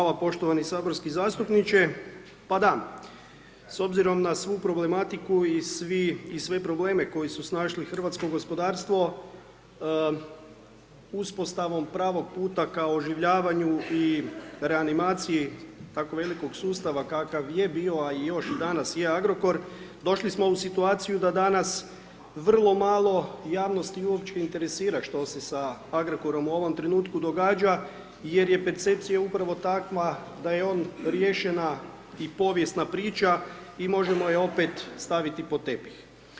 Hvala poštovani saborski zastupniče, pa da s obzirom na svu problematiku i sve probleme koji su snašli hrvatsko gospodarstvo uspostavom pravog puta ka oživljavanju i reanimaciji tako velikog sustava kakav je bio, a i još danas je Agrokor došli smo u situaciju da danas vrlo malo javnost i uopće interesira što se sa Agrokorom u ovom trenutku događa jer je percepcija upravo takva da je on riješena i povijesna priča i možemo je opet staviti pod tepih.